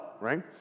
right